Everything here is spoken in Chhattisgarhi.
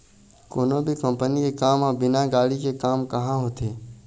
कोनो भी कंपनी के काम ह बिना गाड़ी के काम काँहा होथे